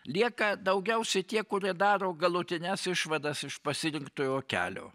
lieka daugiausiai tie kurie daro galutines išvadas iš pasirinktojo kelio